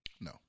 No